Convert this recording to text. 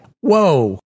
Whoa